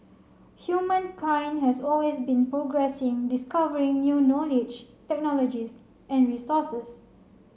humankind has always been progressing discovering new knowledge technologies and resources